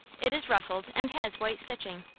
it is ruffled, and has white stitching.